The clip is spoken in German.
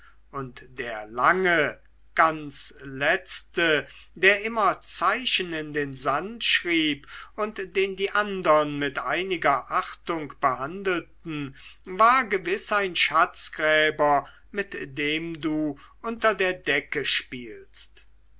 und der lange ganz letzte der immer zeichen in den sand schrieb und den die andern mit einiger achtung behandelten war gewiß ein schatzgräber mit dem du unter der decke spielst